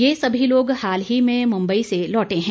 ये सभी लोग हाल ही में मुंबई से लौटे हैं